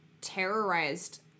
terrorized